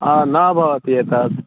हा नाभवति एतत्